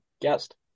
guest